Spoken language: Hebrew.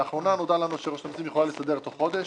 לאחרונה נודע לנו שרשות המסים יכולה להסתדר תוך חודש,